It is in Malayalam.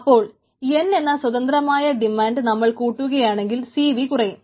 അപ്പോൾ n എന്ന സ്വതന്ത്രമായ ഡിമാൻഡ് നമ്മൾ കൂട്ടുകയാണെങ്കിൽ സിവി കുറയും